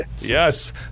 Yes